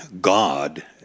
God